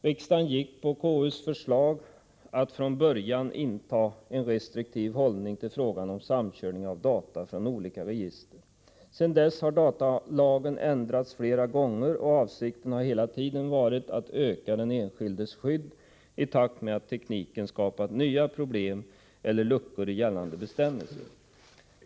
Riksdagen gick då på KU:s förslag att från början inta en restriktiv hållning till frågan om samkörning av data från olika register. Sedan dess har datalagen ändrats flera gånger, och avsikten har hela tiden varit att öka den enskildes skydd i takt med att tekniken skapat nya problem eller luckor i gällande bestämmelser.